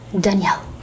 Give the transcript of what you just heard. danielle